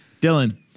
Dylan